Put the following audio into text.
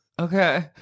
Okay